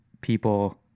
people